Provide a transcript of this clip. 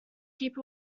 keep